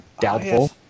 Doubtful